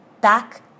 back